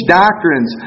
doctrines